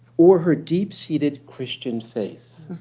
or her deep-seated christian faith.